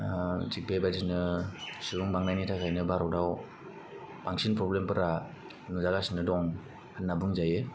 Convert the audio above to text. बेबायदिनो सुबुं बांनायनि थाखायनो भारतआव बांसिन प्रब्लेमफोरा नुजागासिनो दं होन्ना बुंजायो